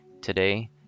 Today